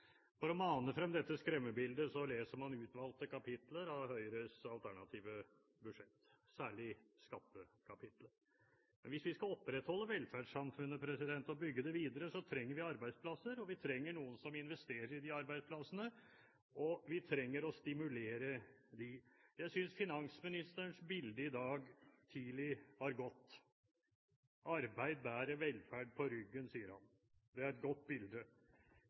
For å mane frem dette skremmebildet leser man utvalgte kapitler i Høyres alternative budsjett, særlig skattekapitlet. Hvis vi skal opprettholde velferdssamfunnet og bygge det videre, trenger vi arbeidsplasser. Vi trenger noen som investerer i arbeidsplassene, og vi trenger å stimulere dem. Jeg synes finansministerens bilde i dag tidlig var godt. «Det er arbeid som bærer velferden på ryggen», sa han. Det er et godt bilde.